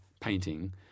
painting